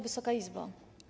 Wysoka Izbo!